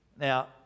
Now